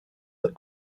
that